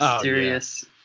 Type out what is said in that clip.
serious